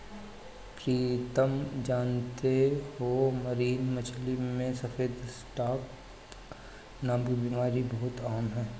प्रीतम जानते हो मरीन मछली में सफेद स्पॉट नामक बीमारी बहुत आम है